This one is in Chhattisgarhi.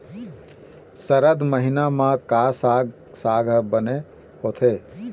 सरद महीना म का साक साग बने होथे?